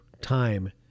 time